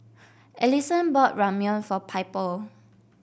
Alyson bought Ramyeon for Piper